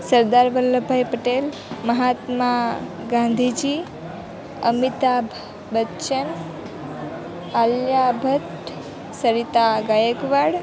Sardar Vallabhbhai Patel Mahatma Gandhiji Amitabh Bachchan Alia Bhatt Savita Gaekwad